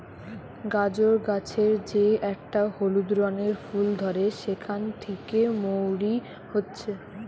গাজর গাছের যে একটা হলুদ রঙের ফুল ধরে সেখান থিকে মৌরি হচ্ছে